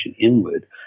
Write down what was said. inward